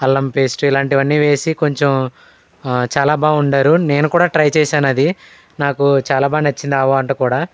అల్లం పేస్టు ఇలాంటివన్నీ వేసి కొంచెం చాలా బాగా వండారు నేను కూడా ట్రై చేసాను అది నాకు చాలా బాగా నచ్చింది ఆ వంట కూడా